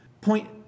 point